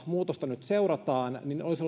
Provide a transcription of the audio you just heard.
muutosta nyt seurataan olisi ollut